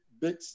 big